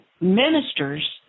ministers